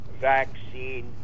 vaccine